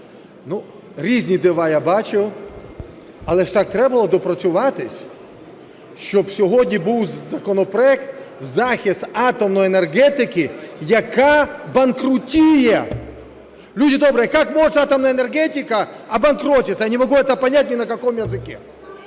різні дива я бачив. Але ж так треба було допрацюватись, щоб сьогодні був законопроект в захист атомної енергетики, яка банкрутує. Люди добрые, как может атомная энергетика обанкротиться? Я не могу этого понять ни на каком языке.